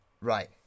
Right